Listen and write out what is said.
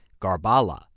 garbala